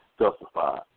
justified